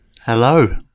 Hello